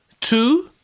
Two